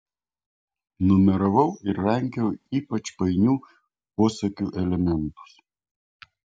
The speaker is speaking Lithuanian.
numeravau ir rankiojau ypač painių posakių elementus